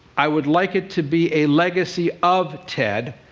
i would like it to be a legacy of ted,